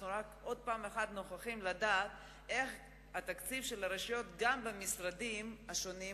אנחנו שוב נוכחים לדעת איך קוצץ תקציב הרשויות במשרדים השונים.